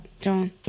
John